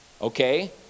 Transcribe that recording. Okay